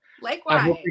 Likewise